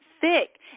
thick